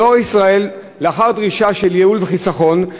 "דואר ישראל" לאחר דרישה לייעול וחיסכון,